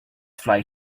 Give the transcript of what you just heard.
fly